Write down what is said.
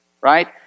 right